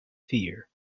fear